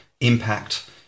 impact